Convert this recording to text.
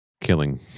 killing